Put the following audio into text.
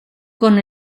con